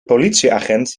politieagent